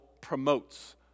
promotes